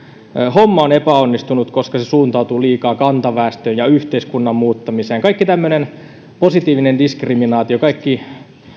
kotouttamishomma on epäonnistunut koska se suuntautuu liikaa kantaväestön ja yhteiskunnan muuttamiseen kaikki tämmöinen positiivinen diskriminaatio kaikki